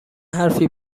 حرفی